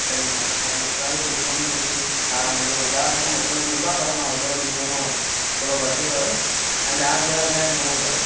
पहिरीं ॻाल्हि ऐं ॿी ॻाल्हि सूफ़नि जी जेकी तव्हां मूंखे ॿुधायव था न ठीकु आहे पर मां हेॾो ॾींदोमांव न थोरो घटि कयो ऐं ॿिया कहिड़ा कहिड़ा आहिनि हो ॿुधायो